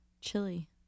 chili